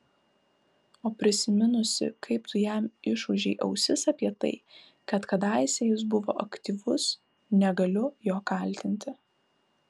o prisiminusi kaip tu jam išūžei ausis apie tai kad kadaise jis buvo aktyvus negaliu jo kaltinti